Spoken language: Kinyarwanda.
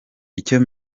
icyo